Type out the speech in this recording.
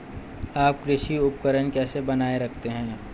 आप कृषि उपकरण कैसे बनाए रखते हैं?